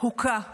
הוכה ונחטף.